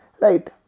right